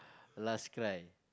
last cry